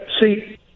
see